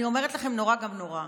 אני אומרת לכם, נורא גם נורא.